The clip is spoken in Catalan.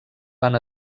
van